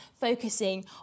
focusing